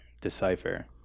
decipher